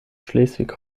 schleswig